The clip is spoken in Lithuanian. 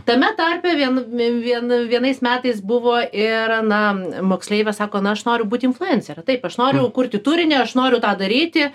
tame tarpe vien vien vienais metais buvo ir na moksleivė sako na aš noriu būti influencere taip aš noriu kurti turinį aš noriu tą daryti